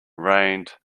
rained